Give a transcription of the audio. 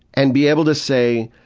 and be able to say,